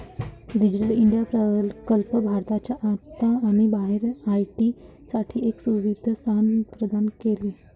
digital India प्रकल्प भारताच्या आत आणि बाहेर आय.टी साठी एक सुरक्षित स्थान प्रदान करेल